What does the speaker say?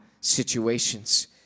situations